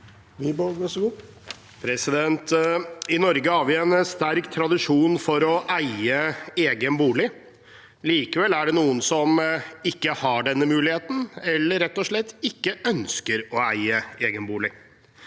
I Norge har vi en sterk tradisjon for å eie egen bolig. Likevel er det noen som ikke har denne muligheten, eller som rett og slett ikke ønsker å eie egen bolig.